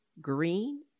green